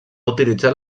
utilitzat